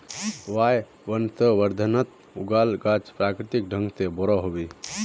वायवसंवर्धनत उगाल गाछ प्राकृतिक ढंग से बोरो ह बे